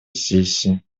сессии